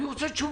אני רוצה תשובה.